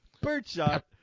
Birdshot